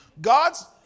God's